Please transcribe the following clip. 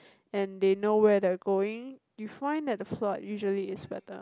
and they know where they're going you find that the plot usually is better